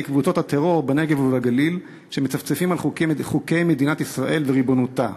קבוצות הטרור בנגב ובגליל שמצפצפים על חוקי מדינת ישראל וריבונותה?